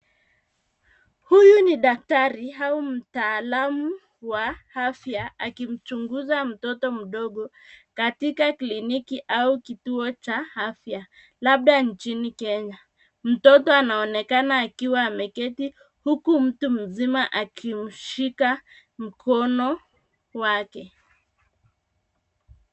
Huyu ni daktari au mtaalamu wa afya akimchunguza mtoto mdogo katika kliniki au kituo cha afya labda nchini Kenya. Mtoto anaonekana akiwa ameketi huku mtu mzima akimshika mkono wake.